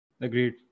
Agreed